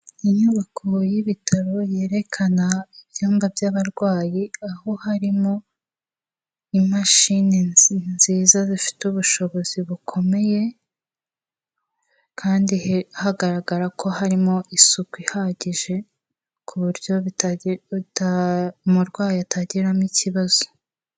Inyubako y'ibitaro yerekana ibyumba by'abarwayi aho harimo imashini nziza zifite ubushobozi bukomeye kandi hagaragara ko harimo isuku ihagije ku buryo umurwayi atagiriramo ikibazo.